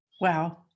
Wow